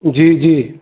जी जी